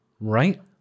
right